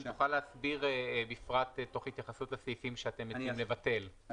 אם תוכל להסביר תוך התייחסות לסעיפים שאתם מציעים לבטן.